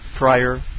prior